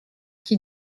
qui